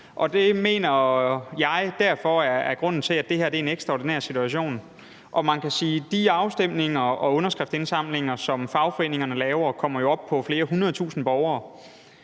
Det er grunden til, at jeg mener, at det her er en ekstraordinær situation. Og de afstemninger og underskriftindsamlinger, som fagforeningerne laver, kommer jo op på, at flere hundrede tusinde borgere